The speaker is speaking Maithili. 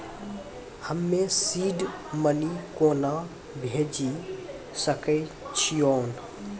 हम्मे सीड मनी कोना भेजी सकै छिओंन